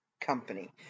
Company